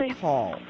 call